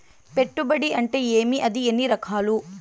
పెట్టుబడి అంటే ఏమి అది ఎన్ని రకాలు